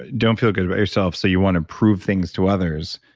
don't feel good about yourself. so you want to prove things to others.